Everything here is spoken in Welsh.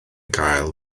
gael